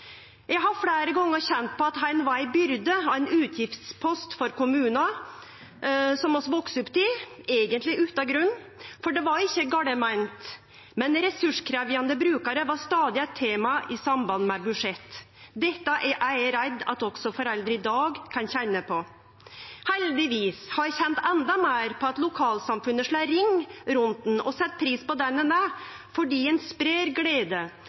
Eg har fleire gonger kjent på at han var ei byrde og ein utgiftspost for kommunen vi voks opp i. Eigentleg utan grunn, for det var ikkje gale meint, men ressurskrevjande brukarar var stadig eit tema i samband med budsjett. Dette er eg redd for at også foreldre i dag kan kjenne på. Heldigvis har eg kjent endå meir på at lokalsamfunnet slår ring rundt han og set pris på at han er med, for han spreier glede